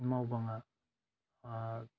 मावबाङा